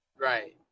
Right